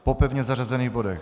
Po pevně zařazených bodech.